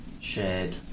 shared